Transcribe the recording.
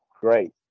Great